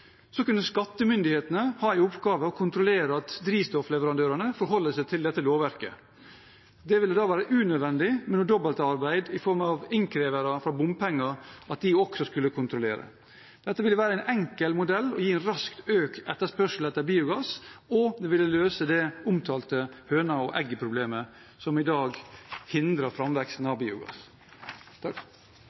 Så kunne skattemyndighetene ha i oppgave å kontrollere at drivstoffleverandørene forholder seg til dette lovverket. Det ville da være unødvendig med noe dobbeltarbeid i form av at innkrevere av bompenger også skulle kontrollere. Dette ville være en enkel modell og gi en raskt økt etterspørsel etter biogass, og det ville løse det omtalte høna og egget-problemet som i dag hindrer framveksten av biogass.